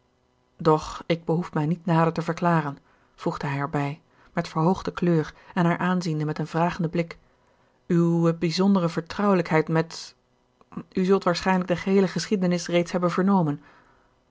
doch ik behoef mij niet nader te verklaren voegde hij erbij met verhoogde kleur en haar aanziende met een vragenden blik uwe bijzondere vertrouwelijkheid met u zult waarschijnlijk de geheele geschiedenis reeds hebben vernomen